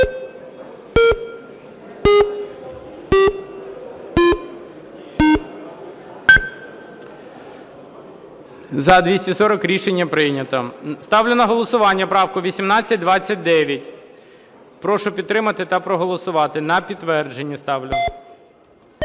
За-240 Рішення прийнято. Ставлю на голосування правку 1829. Прошу підтримати та проголосувати. На підтвердження ставлю.